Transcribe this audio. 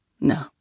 No